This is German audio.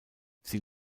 sie